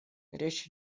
речь